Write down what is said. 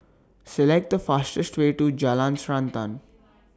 Select The fastest Way to Jalan Srantan